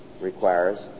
requires